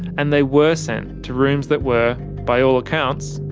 and they were sent to rooms that were by all accounts,